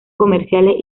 comerciales